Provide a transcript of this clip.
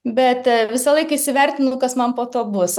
bet visąlaik įsivertinu kas man po to bus